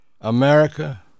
America